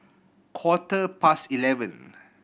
quarter past eleven